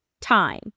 time